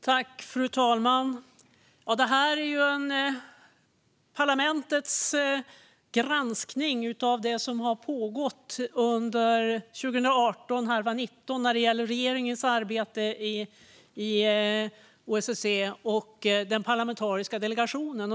Fru talman! Detta är parlamentets granskning av det som har pågått under 2018 och halva 2019 när det gäller regeringens arbete i OSSE och den parlamentariska delegationen.